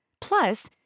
Plus